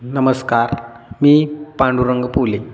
नमस्कार मी पांडुरंग पुले